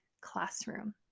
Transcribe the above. classroom